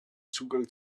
zugang